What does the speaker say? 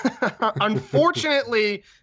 Unfortunately